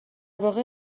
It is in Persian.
واقع